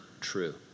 true